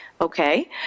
okay